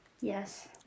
Yes